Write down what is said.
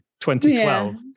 2012